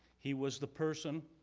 he was the person